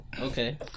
Okay